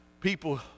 people